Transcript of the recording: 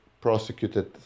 prosecuted